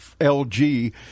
LG